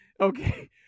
Okay